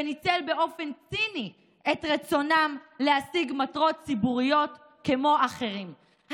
וניצל באופן ציני את רצונם להשיג מטרות ציבוריות כמו אחרים.